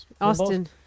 austin